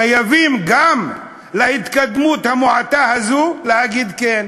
חייבים גם להתקדמות המועטה הזאת להגיד "כן",